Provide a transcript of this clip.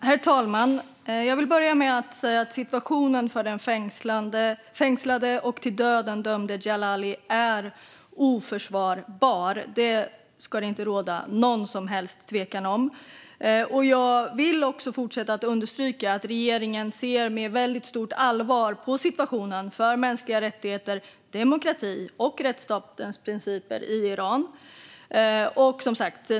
Herr talman! Jag vill börja med att säga att situationen för den fängslade och till döden dömde Djalali är oförsvarbar. Det råder inte något som helst tvivel om det. Jag fortsätter att understryka att regeringen ser med stort allvar på situationen för mänskliga rättigheter, demokrati och rättsstatens principer i Iran.